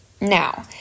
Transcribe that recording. Now